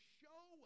show